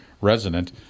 resident